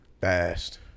fast